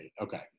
Okay